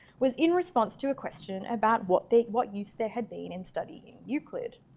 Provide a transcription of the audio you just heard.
was in response to a question about what they what use there had been in studying euclid.